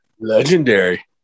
Legendary